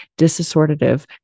disassortative